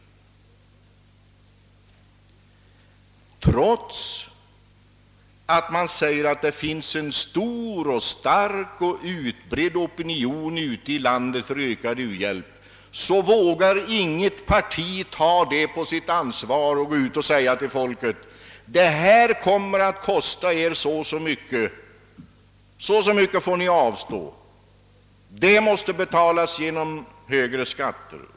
Trots att det hävdas att en stark och utbredd opinion finns ute i landet för ökad u-hjälp, vågar inget parti ta på sitt ansvar att säga till folket: Detta kommer att kosta er så och så mycket — så och så mycket får ni avstå. U-hjälpen måste betalas genom högre skatter.